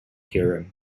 theorem